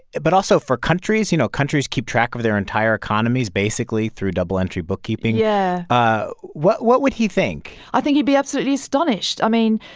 but also for countries you know, countries keep track of their entire economies basically through double-entry bookkeeping yeah what what would he think? i think he'd be absolutely astonished. i mean,